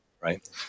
right